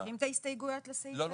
משאירים את ההסתייגויות לסעיף הזה?